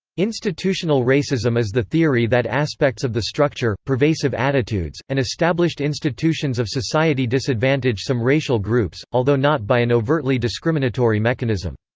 institutional racism is the theory that aspects of the structure, pervasive attitudes, and established institutions of society disadvantage some racial groups, although not by an overtly discriminatory mechanism.